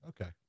Okay